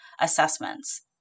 assessments